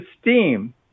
steam